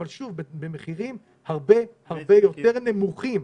אבל במחירים הרבה-הרבה יותר נמוכים,